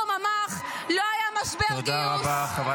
לא אחזור בי,